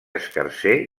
escarser